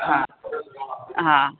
हा हा